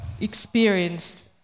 experienced